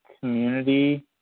community